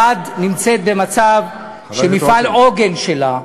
ערד נמצאת במצב שמפעל עוגן שלה,